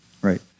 Right